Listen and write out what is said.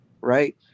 right